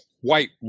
white